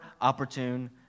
opportune